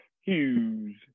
Hughes